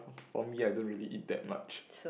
for me I don't really eat that much